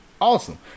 Awesome